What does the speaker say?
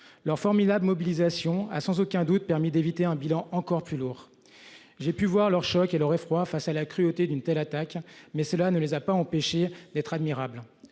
leur formidable mobilisation a sans aucun doute permis d'éviter un bilan encore plus lourd. J'ai pu voir leur choc et leur effroi face à la cruauté d'une telle attaque. Mais cela ne les a pas empêchés d'être admirable